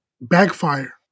backfire